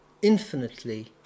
infinitely